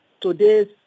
today's